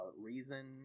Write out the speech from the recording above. reason